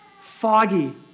foggy